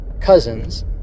cousins